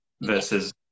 versus